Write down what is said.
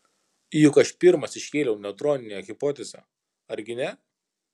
juk aš pirmas iškėliau neutroninę hipotezę argi ne